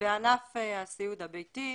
בענף הסיעוד הביתי,